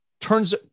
turns